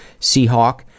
Seahawk